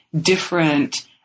different